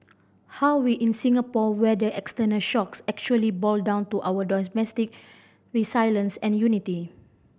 how we in Singapore weather external shocks actually boil down to our domestic resilience and unity